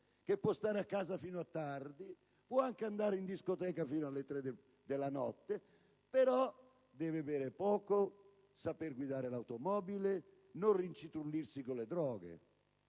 che può stare fuori casa fino a tardi, che può anche andare in discoteca fino alle tre della notte, però deve bere poco, essere in grado di guidare l'automobile, non rincitrullirsi con le droghe.